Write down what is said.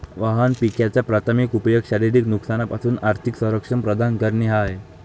वाहन विम्याचा प्राथमिक उपयोग शारीरिक नुकसानापासून आर्थिक संरक्षण प्रदान करणे हा आहे